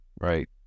right